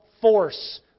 force